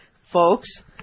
Folks